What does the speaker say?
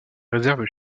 réserves